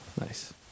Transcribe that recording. Nice